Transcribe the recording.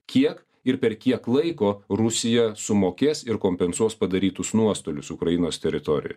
kiek ir per kiek laiko rusija sumokės ir kompensuos padarytus nuostolius ukrainos teritorijoj